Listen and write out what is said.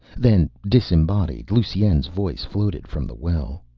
then, disembodied, lusine's voice floated from the well.